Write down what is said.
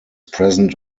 present